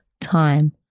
time